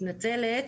אני מתנצלת.